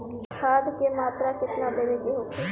खाध के मात्रा केतना देवे के होखे?